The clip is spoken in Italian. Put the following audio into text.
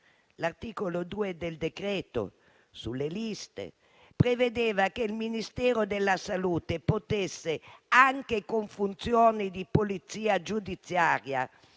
L'articolo 2 del decreto-legge sulle liste prevedeva che il Ministero della salute potesse effettuare, anche con funzioni di polizia giudiziaria,